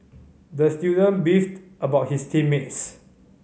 the student beefed about his team mates